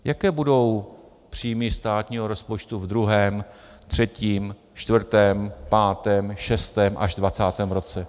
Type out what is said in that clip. Jaké budou příjmy státního rozpočtu v druhém, třetím, čtvrtém, pátém, šestém až dvacátém roce?